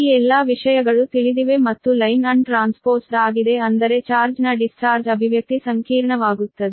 ಈ ಎಲ್ಲಾ ವಿಷಯಗಳು ತಿಳಿದಿವೆ ಮತ್ತು ಲೈನ್ ಅನ್ ಟ್ರಾನ್ಸ್ಪೋಸ್ಡ್ ಆಗಿದೆ ಅಂದರೆ ಚಾರ್ಜ್ ನ ಡಿಸ್ಚಾರ್ಜ್ ಅಭಿವ್ಯಕ್ತಿ ಸಂಕೀರ್ಣವಾಗುತ್ತದೆ